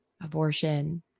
abortion